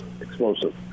Explosive